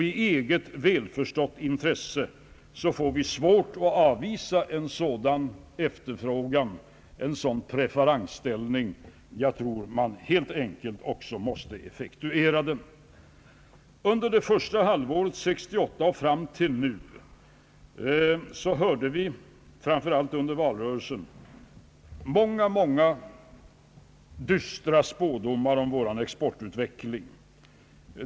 I eget välförstått intresse får vi svårt att avvisa en sådan preferensställning ja, jag tror man helt enkelt också måste effektuera den. fram till nu har vi, framför allt under valrörelsen, hört många dystra spådomar om vår exportutveckling.